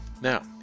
now